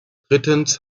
drittens